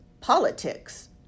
politics